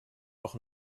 doch